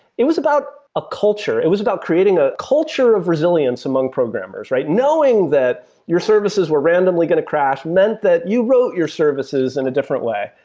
it was about a culture. it was about creating a culture of resilience among programmers. knowing that your services were randomly going to crash meant that you wrote your services in a different way.